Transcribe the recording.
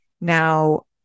Now